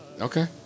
Okay